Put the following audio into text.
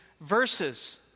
verses